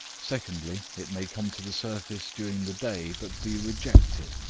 secondly, it may come to the surface during the day but be rejected,